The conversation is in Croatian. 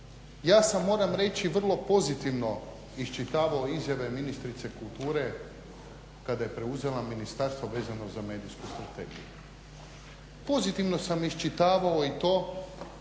ja sam moram reći vrlo pozitivno iščitavao izjave ministrice kulture kada je preuzela ministarstvo vezano za medijsku strategiju. Pozitivno sam iščitavao i to